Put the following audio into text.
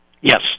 Yes